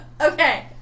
Okay